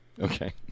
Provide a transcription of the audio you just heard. Okay